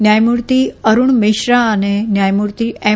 ન્યાયમૂર્તિ અરૂણ મિશ્રા અને ન્યાયમૂર્તિ એમ